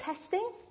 testing